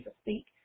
speak